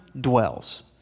dwells